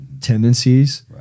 tendencies